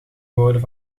woorden